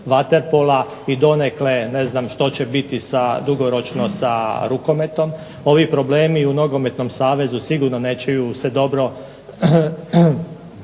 i donekle ne znam što će biti dugoročno sa rukometom, ovi problemi u Nogometnom savezu neće se sigurno